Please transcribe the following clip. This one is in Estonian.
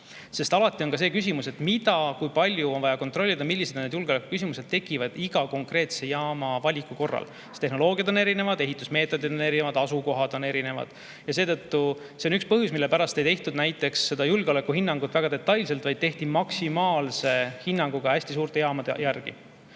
Sest alati on ka küsimus, mida ja kui palju on vaja kontrollida, millised on need julgeolekuküsimused, mis tekivad iga konkreetse jaama valiku korral. Tehnoloogiad on erinevad, ehitusmeetodid on erinevad, asukohad on erinevad. Seetõttu see on üks põhjus, mille pärast ei tehtud näiteks seda julgeolekuhinnangut väga detailselt, vaid tehti maksimaalse hinnanguga hästi suurte jaamade järgi.